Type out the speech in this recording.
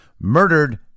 murdered